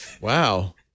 Wow